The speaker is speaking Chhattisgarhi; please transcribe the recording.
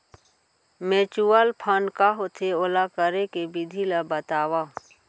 म्यूचुअल फंड का होथे, ओला करे के विधि ला बतावव